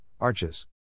arches